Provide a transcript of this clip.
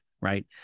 right